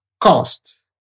cost